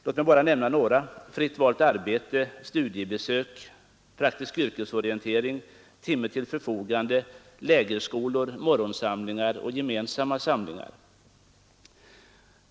Låt mig bara nämna några: fritt valt arbete, studiebesök, praktisk yrkesorientering, timme till förfogande, lägerskolor, morgonsamlingar och gemensamma samlingar.